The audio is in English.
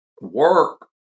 work